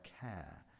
care